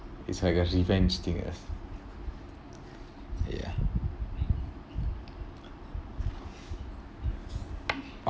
it's like a revenge thing ya